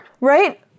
Right